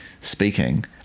speaking